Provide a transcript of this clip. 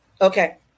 Okay